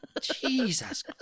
Jesus